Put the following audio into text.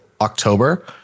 October